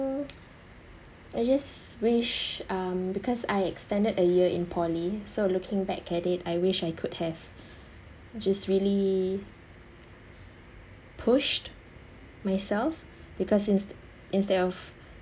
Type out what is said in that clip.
I just wish um because I extended a year in poly so looking back at it I wish I could have just really pushed myself because inst~ instead of